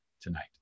tonight